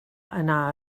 anar